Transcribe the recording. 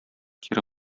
кире